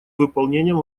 выполнением